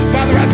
Father